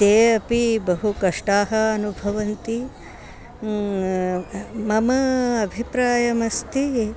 ते अपि बहुकष्टंम् अनुभवन्ति ममा अभिप्रायमस्ति